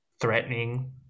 threatening